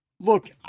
Look